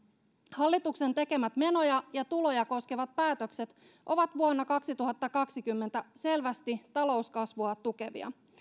hallituksen tekemät menoja ja tuloja koskevat päätökset ovat vuonna kaksituhattakaksikymmentä selvästi talouskasvua tukevia